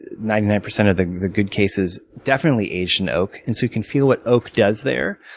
ninety nine percent of the the good cases definitely aged in oak. and so you can feel what oak does there.